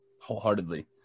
wholeheartedly